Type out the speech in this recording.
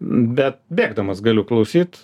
bet bėgdamas galiu klausyt